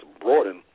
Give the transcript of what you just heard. broaden